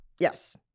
Yes